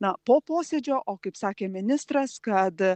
na po posėdžio o kaip sakė ministras kad